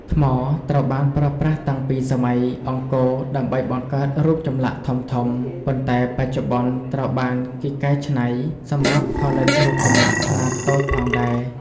ថ្ម ត្រូវបានប្រើប្រាស់តាំងពីសម័យអង្គរដើម្បីបង្កើតរូបចម្លាក់ធំៗ ប៉ុន្តែបច្ចុប្បន្នត្រូវបានគេកែច្នៃសម្រាប់ផលិតរូបចម្លាក់ខ្នាតតូចផងដែរ។